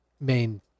main